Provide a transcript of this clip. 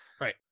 right